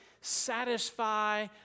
satisfy